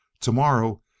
Tomorrow